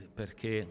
perché